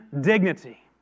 dignity